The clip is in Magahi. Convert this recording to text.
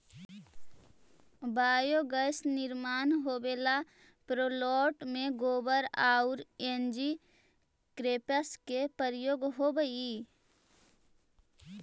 बायोगैस निर्माण होवेला प्लांट में गोबर औउर एनर्जी क्रॉप्स के प्रयोग होवऽ हई